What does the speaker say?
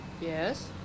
Yes